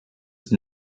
just